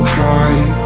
high